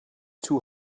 two